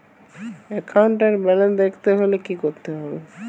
একাউন্টের ব্যালান্স দেখতে হলে কি করতে হবে?